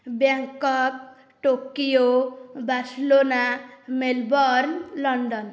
Bangkok Tokyo Barcelona Melbourne London